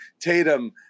Tatum